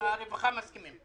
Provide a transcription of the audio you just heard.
והרווחה מסכימים.